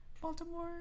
Baltimore